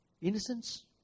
innocence